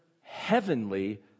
heavenly